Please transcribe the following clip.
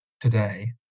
today